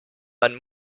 man